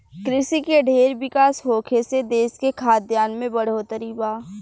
कृषि के ढेर विकास होखे से देश के खाद्यान में बढ़ोतरी बा